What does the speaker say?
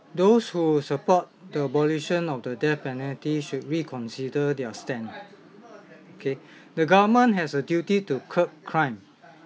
those who support the abolition of the death penalty should reconsider their stand okay the government has a duty to curb crime